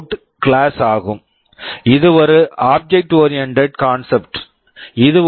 out PwmOut class class ஆகும் இது ஒரு object oriented concept object oriented concept